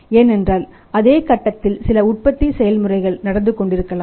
ஏனென்றால் அதே கட்டத்தில் சில உற்பத்தி செயல்முறைகள் நடந்து கொண்டிருக்கலாம்